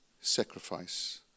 sacrifice